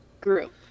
group